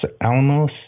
Alamos